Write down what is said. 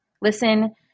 Listen